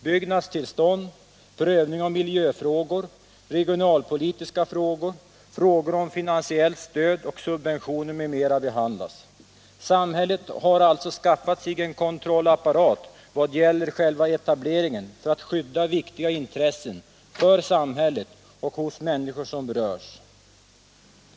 Byggnadstillstånd, prövning av miljöfrågor, regionalpolitiska frågor, frågor om finansiellt stöd, subventioner m.m. behandlas. Samhället har alltså skaffat sig en kontrollapparat vad gäller själva etableringen för att skydda viktiga intressen för samhället och för de människor som berörs.